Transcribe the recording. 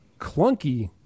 clunky